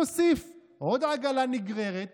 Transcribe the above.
נוסיף עוד עגלה נגררת